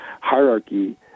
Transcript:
hierarchy